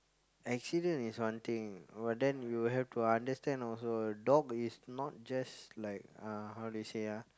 accident is one thing but then you have to understand also a dog is not just like uh how they say ah